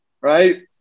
right